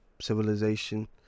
civilization